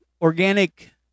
organic